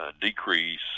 decrease